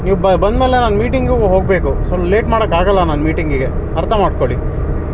ನೀವು ಬಂದ ಮೇಲೆ ನಾನು ಮೀಟಿಂಗ್ಗೂ ಹೋಗಬೇಕು ಸೊ ಲೇಟ್ ಮಾಡೋಕ್ಕಾಗಲ್ಲ ನಾನು ಮೀಟಿಂಗಿಗೆ ಅರ್ಥ ಮಾಡಿಕೊಳ್ಳಿ